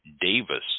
Davis